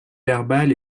verbal